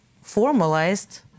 formalized